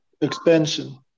expansion